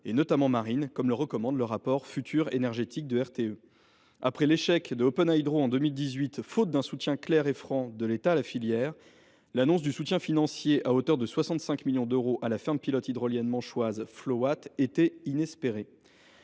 notamment marines, comme le recommande le rapport de RTE (Réseau de transport d’électricité). Après l’échec d’OpenHydro en 2018, faute d’un soutien clair et franc de l’État à la filière, l’annonce du soutien financier à hauteur de 65 millions d’euros à la ferme pilote hydrolienne manchoise FloWatt était inespérée.